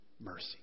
mercy